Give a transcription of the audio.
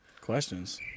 Questions